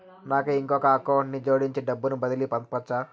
నాకు ఇంకొక అకౌంట్ ని జోడించి డబ్బును బదిలీ పంపొచ్చా?